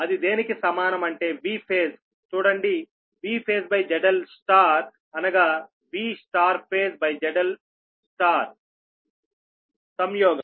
అది దేనికి సమానం అంటే Vphase చూడండి VphaseZLఅనగా VphaseZL సంయోగం